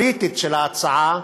והצבעה,